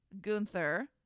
Gunther